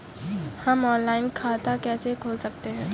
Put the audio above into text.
हम ऑनलाइन खाता कैसे खोल सकते हैं?